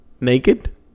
Naked